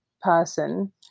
person